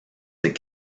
ses